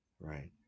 Right